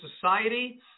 society